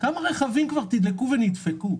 כמה רכבים כבר תדלקו ונדפקו?